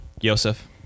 Yosef